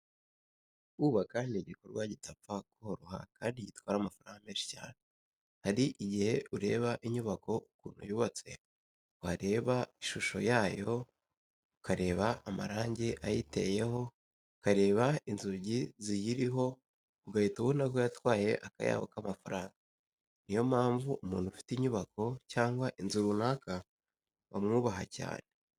Kubaka ni igikorwa kidapfa koroha kandi gitwara amafaranga menshi cyane. Hari igihe ureba inyubako ukuntu yubatse, wareba ishusho yayo, ukareba amarangi ayiteyeho, ukareba inzugi ziyiriho ugahita ubona ko yatwaye akayabo k'amafaranga. Ni yo mpamvu umuntu ufite inyubako cyangwa inzu runaka bamwubaha cyane.